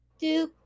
Doop